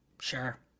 Sure